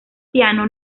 piano